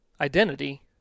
identity